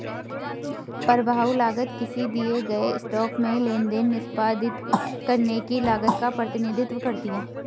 प्रभाव लागत किसी दिए गए स्टॉक में लेनदेन निष्पादित करने की लागत का प्रतिनिधित्व करती है